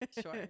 sure